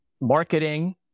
marketing